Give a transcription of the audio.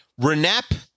Renap